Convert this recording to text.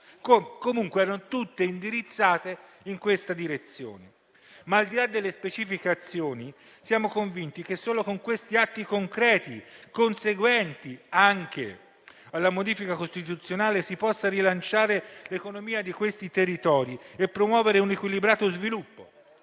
previste erano tutte indirizzate in questa direzione. Ma, al di là delle specifiche azioni, siamo convinti che solo con questi atti concreti, conseguenti anche alla modifica costituzionale, si possa rilanciare l'economia di questi territori e promuovere un equilibrato sviluppo.